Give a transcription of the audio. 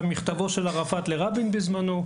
על מכתבו של ערפאת לרבין בזמנו,